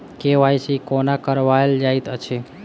KYC कोना कराओल जाइत अछि?